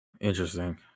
Interesting